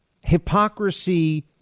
hypocrisy